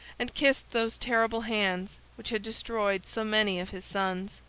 and kissed those terrible hands which had destroyed so many of his sons.